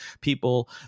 people